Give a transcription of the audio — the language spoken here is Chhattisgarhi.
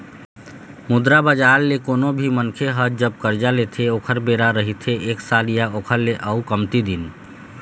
मुद्रा बजार ले कोनो भी मनखे ह जब करजा लेथे ओखर बेरा रहिथे एक साल या ओखर ले अउ कमती दिन